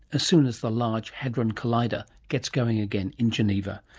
as soon as the large hadron collider gets going again in geneva.